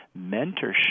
mentorship